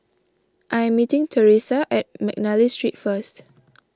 I am meeting Teressa at McNally Street first